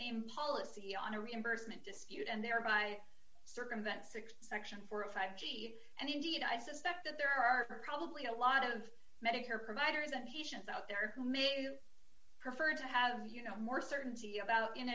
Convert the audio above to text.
same policy on a reimbursement dispute and thereby circumvent six section four or five and indeed i suspect that there are probably a lot of medicare providers and patients out there who may prefer to have you know more certainty about in